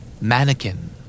Mannequin